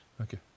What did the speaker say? Okay